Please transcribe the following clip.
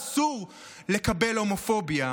אסור לקבל הומופוביה.